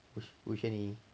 吴吴宣仪